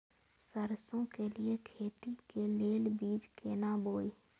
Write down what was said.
सरसों के लिए खेती के लेल बीज केना बोई?